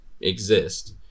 exist